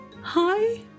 Hi